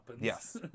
Yes